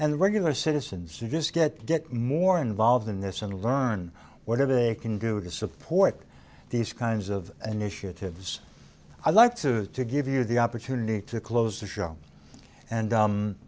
and regular citizens to just get more involved in this and learn whatever they can do to support these kinds of initiatives i like to give you the opportunity to close the show and